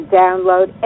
download